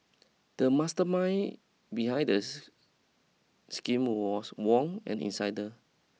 the mastermind behind the scheme was Wong an insider